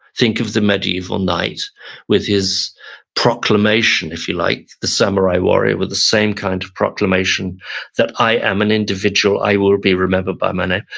think of the medieval knight with his proclamation, if you like. the samurai warrior, with the same kind of proclamation that, i am an individual. i will be remembered by my name.